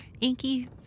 inky